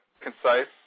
concise